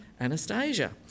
Anastasia